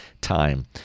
time